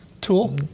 Tool